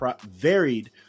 varied